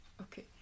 okay